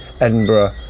Edinburgh